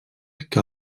que